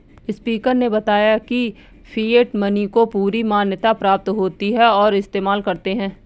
speaker ने बताया की फिएट मनी को पूरी मान्यता प्राप्त होती है और इस्तेमाल करते है